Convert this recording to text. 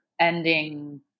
ending